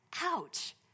Ouch